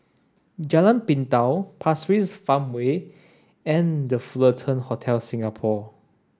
Jalan Pintau Pasir Ris Farmway and The Fullerton Hotel Singapore